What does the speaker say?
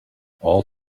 all